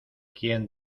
quien